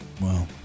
Wow